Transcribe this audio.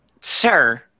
sir